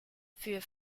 für